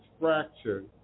fractured